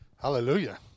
Hallelujah